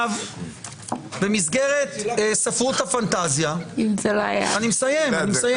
במסגרת ספרות הפנטזיה אני מסיים, אני מסיים.